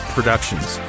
Productions